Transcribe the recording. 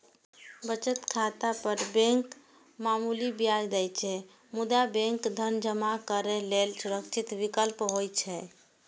बचत खाता पर बैंक मामूली ब्याज दै छै, मुदा बैंक धन जमा करै लेल सुरक्षित विकल्प होइ छै